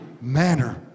manner